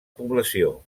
població